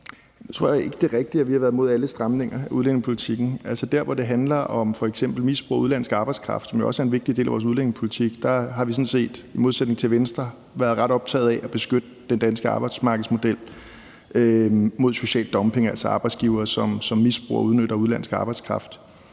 Jeg tror ikke, det er rigtigt, at vi har været imod alle stramninger af udlændingepolitikken. Altså, der, hvor det handler om f.eks. misbrug af udenlandsk arbejdskraft, hvilket jo også er en vigtig del af vores udlændingepolitik, har vi sådan set i modsætning til Venstre været ret optaget af at beskytte den danske arbejdsmarkedsmodel mod social dumping, altså arbejdsgivere, som misbruger og udnytter udenlandsk arbejdskraft.